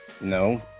No